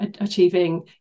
achieving